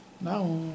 Now